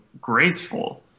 graceful